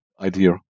idea